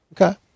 Okay